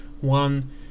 One